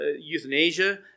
euthanasia